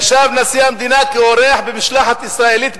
ישב נשיא המדינה כאורח במשלחת הישראלית באו"ם.